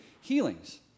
healings